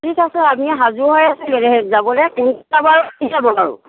ঠিক আছে আমি সাজু হৈ আছোঁ যাবলৈ